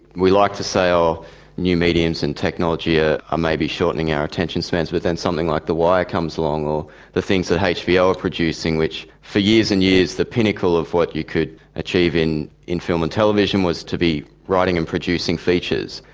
we like to say so new mediums and technology ah are maybe shortening our attention spans, but then something like the wire comes along or the things that hbo are producing which. for years and years the pinnacle of what you could achieve in in film and television was to be writing and producing features,